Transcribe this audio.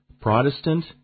protestant